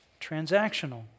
transactional